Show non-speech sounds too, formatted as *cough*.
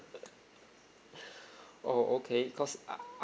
uh *breath* oh okay cause I